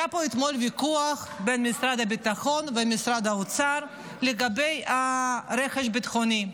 היה פה אתמול ויכוח בין משרד הביטחון למשרד האוצר לגבי רכש ביטחוני.